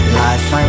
life